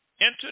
entered